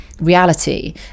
reality